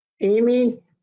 Amy